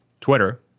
Twitter